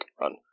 Run